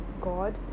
God